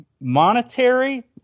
monetary